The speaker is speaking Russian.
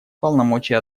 полномочия